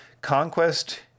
conquest